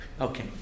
Okay